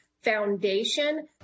foundation